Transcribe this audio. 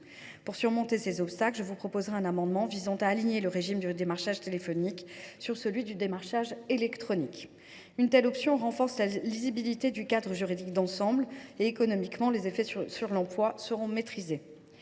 Pour surmonter ces obstacles, je vous soumettrai un amendement visant à aligner le régime du démarchage téléphonique sur celui du démarchage électronique. De la sorte, la lisibilité du cadre juridique d’ensemble sera renforcée, tandis que les effets sur l’emploi seront maîtrisés.